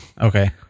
okay